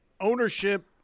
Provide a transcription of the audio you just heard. ownership